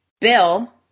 Bill